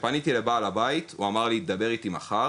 כשפניתי לבעל הדירה הוא אמר לי "תדבר איתי בבקשה מחר",